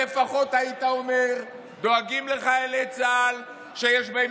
למה לא הצלחתם